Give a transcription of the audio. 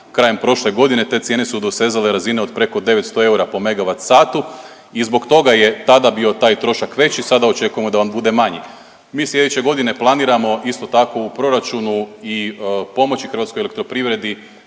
krajem prošle godine, te cijene su dosezale razine od preko 900 eura po MWh i zbog toga je tada bio taj trošak veći, sada očekujemo da on bude manji. Mi slijedeće godine planiramo isto tako u proračunu i pomoći HEP-u za razrješavanje